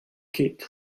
ket